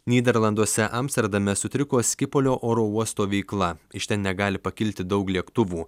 nyderlanduose amsterdame sutriko skipolio oro uosto veikla iš ten negali pakilti daug lėktuvų